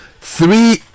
three